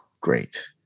great